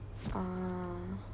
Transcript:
ah